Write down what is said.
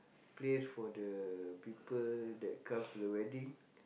place for the people that comes to the wedding